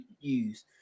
use